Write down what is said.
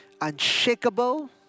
Unshakable